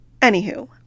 Anywho